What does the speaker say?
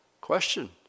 Question